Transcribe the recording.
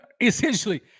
Essentially